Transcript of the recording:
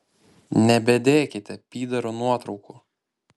nebedėkite pyderų nuotraukų